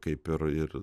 kaip ir ir